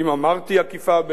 האם אמרתי אכּיפה,